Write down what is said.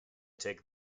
take